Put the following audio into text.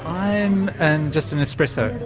i am just an espresso.